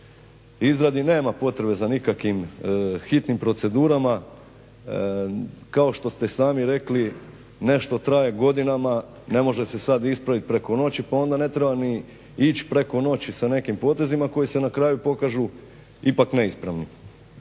izradi, nema potrebe za nikakvim hitnim procedurama. Kao što ste i sami rekli nešto traje godinama ne može se sad ispraviti preko noći pa onda ne treba ni ići preko noći sa nekim potezima koji se na kraju pokažu ipak neispravni